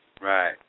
Right